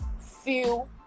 feel